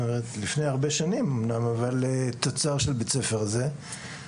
לפני הרבה שנים, אבל תוצר של בית הספר הזה.